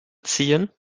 ziehen